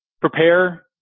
prepare